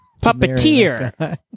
Puppeteer